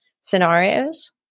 scenarios